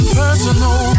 personal